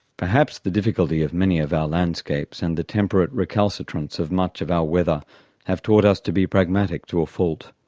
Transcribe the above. perhaps the difficulty of many of our landscapes and the temperate recalcitrance of much of our weather have taught us to be pragmatic to a fault.